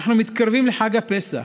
ואנחנו מתקרבים לחג הפסח,